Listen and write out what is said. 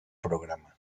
programa